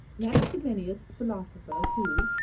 an abstemious philosopher who,